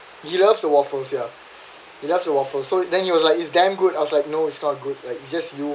he loves the waffles ya he loves the waffles so then he was like it's damn good I was like no it's not good it's just you